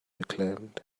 reclaimed